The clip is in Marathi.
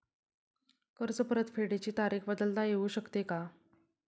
कर्ज परतफेडीची तारीख बदलता येऊ शकते का?